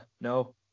no